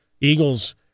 Eagles